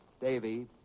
Davy